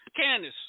Candice